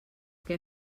què